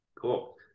Cool